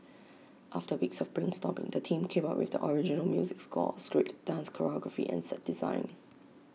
after weeks of brainstorming the team came up with the original music score script dance choreography and set design